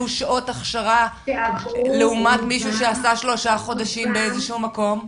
שעות הכשרה לעומת מישהו שעשה שלושה חודשים באיזה שהוא מקום?